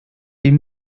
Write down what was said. ihm